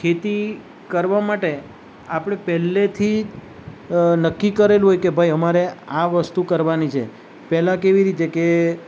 ખેતી કરવા માટે આપણે પેલેથી નક્કી કરેલું હોય કે ભાઈ અમારે આ વસ્તુ કરવાની છે પહેલાં કેવી રીતે કે